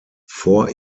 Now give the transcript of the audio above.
vor